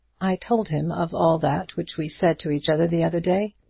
i told him of all that which we said to each other the other day.